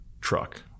truck